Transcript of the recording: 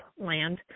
land